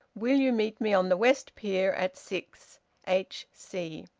will you meet me on the west pier at six h c.